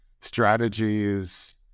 strategies